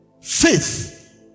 faith